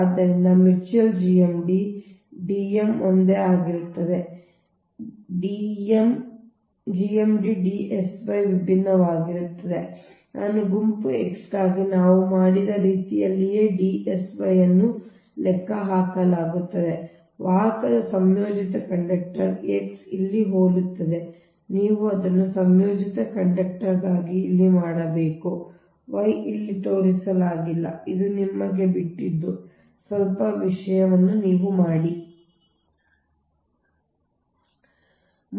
ಆದ್ದರಿಂದ mutual GMD D m ಒಂದೇ ಆಗಿರುತ್ತದೆ ಆದರೆ ನೀವೇ GMD D SY ವಿಭಿನ್ನವಾಗಿರುತ್ತದೆ ಈ D SY ಅನ್ನು ನಾವು ಗುಂಪು X ಗಾಗಿ ನಾವು ಮಾಡಿದ ರೀತಿಯಲ್ಲಿಯೇ ಈ D SY ಅನ್ನು ಲೆಕ್ಕಹಾಕಲಾಗುತ್ತದೆ ವಾಹಕದ ಸಂಯೋಜಿತ ಕಂಡಕ್ಟರ್ X ಇಲ್ಲಿ ಹೋಲುತ್ತದೆ ನೀವು ಅದನ್ನು ಸಂಯೋಜಿತ ಕಂಡಕ್ಟರ್ಗಾಗಿ ಇಲ್ಲಿ ಮಾಡಬೇಕು Y ಇಲ್ಲಿ ತೋರಿಸಲಾಗಿಲ್ಲ ಇದು ನಿಮಗೆ ಬಿಟ್ಟದ್ದು ಸ್ವಲ್ಪ ಈ ವಿಷಯ ನಿಮಗೆ ಬಿಟ್ಟದ್ದು